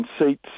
seats